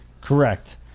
Correct